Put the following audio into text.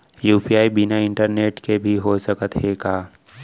UPI बिना internet के भी हो सकत हे का?